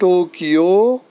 Tokyo